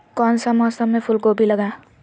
कौन सा मौसम में फूलगोभी लगाए?